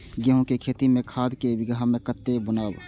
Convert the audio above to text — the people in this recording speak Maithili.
गेंहू के खेती में खाद ऐक बीघा में कते बुनब?